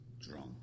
drunk